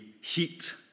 heat